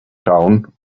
town